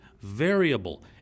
variable—